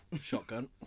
Shotgun